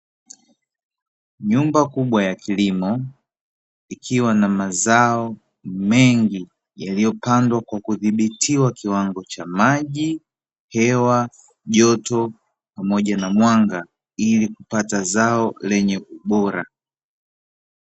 Nyumba kubwa ya kilimo, ikiwa na mazao mengi, yaliyopandwa kwa kudhibitiwa kiwango cha maji, hewa joto pamoja na mwanga, ili kupata zao lenye ubora.